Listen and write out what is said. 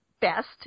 best